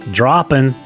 dropping